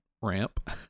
ramp